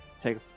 Take